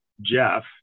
Jeff